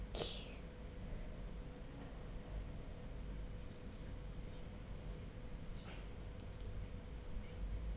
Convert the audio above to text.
kay